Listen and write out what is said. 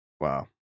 Wow